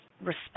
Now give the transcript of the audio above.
respect